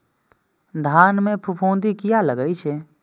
धान में फूफुंदी किया लगे छे?